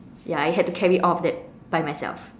ya I had to carry all of that by myself